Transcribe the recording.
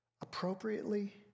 appropriately